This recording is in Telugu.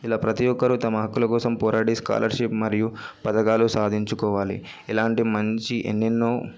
ఇలా ప్రతీ ఒక్కరు తమ హక్కుల కోసం పోరాడి స్కాలర్షిప్ మరియు పథకాలు సాధించుకోవాలి ఇలాంటి మంచి ఎన్నెన్నో